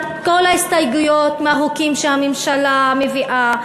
כל ההסתייגויות מהחוקים שהממשלה מביאה,